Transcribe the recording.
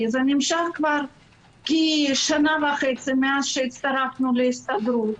וזה נמשך כשנה וחצי מאז הצטרפנו להסתדרות.